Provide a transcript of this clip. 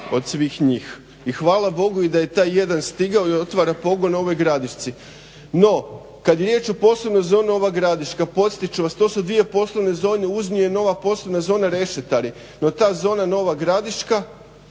od svih njih. I hvala Bogu da je i taj jedan stigao i otvara pogon u Novog Gradišci. Kada je riječ o poslovnoj zoni Nova Gradiška, podsjetit ću vas, to su dvije poslovne zone. Uz nju je poslovna zona Rešetari no ta zona Nova Gradiška